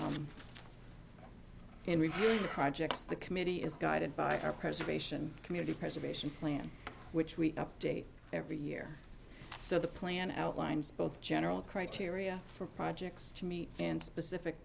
the projects the committee is guided by our preservation community preservation plan which we update every year so the plan outlines both general criteria for projects to meet and specific